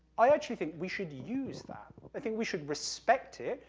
i actually think we should use that, i think we should respect it,